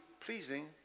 pleasing